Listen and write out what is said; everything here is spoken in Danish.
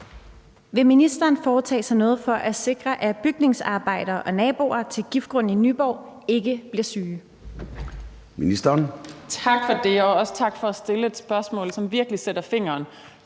Vil ministeren foretage sig noget for at sikre, at bygningsarbejdere og naboer til giftgrunden i Nyborg ikke bliver syge?